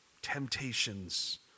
temptations